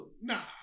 Nah